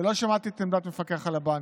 ולא שמעתי את עמדת המפקח על הבנקים,